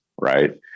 right